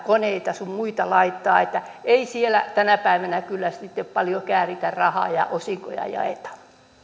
koneita sun muita laittaa niin että ei siellä tänä päivänä kyllä sitten paljoa kääritä rahaa ja osinkoja jaeta